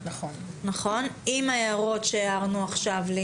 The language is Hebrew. עם ההערות שהערנו עכשיו.